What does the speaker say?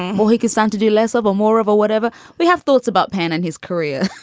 well, he could stand to do less of a more of a whatever we have thoughts about penn and his career.